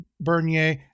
Bernier